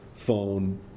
phone